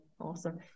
Awesome